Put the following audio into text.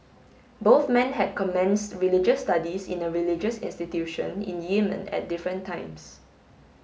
both men had commenced religious studies in a religious institution in Yemen at different times